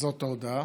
זאת ההודעה.